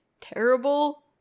terrible